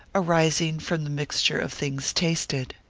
arising from the mixture of things tasted.